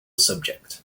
subject